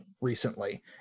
recently